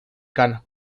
kana